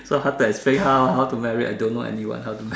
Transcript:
so how to explain how how to marry I don't know anyone how to